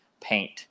paint